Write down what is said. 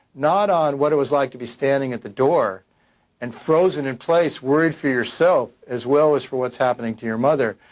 not on what it's like to be standing at the door and frozen in place worried for yourself as well as for what's happening to your mother.